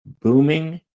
booming